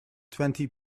twenty